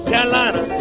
Carolina